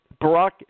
Barack